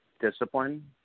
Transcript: discipline